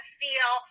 feel